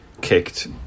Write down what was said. kicked